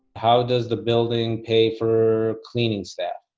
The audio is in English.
how does the building pay for cleaning staff,